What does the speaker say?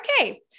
okay